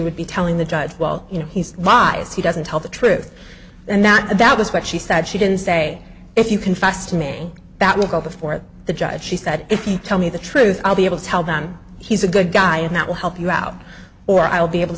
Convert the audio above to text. would be telling the judge well you know he's wise he doesn't tell the truth and not that is what she said she didn't say if you confessed to me that will go before the judge she said if you tell me the truth i'll be able to tell them he's a good guy and that will help you out or i'll be able to